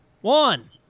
one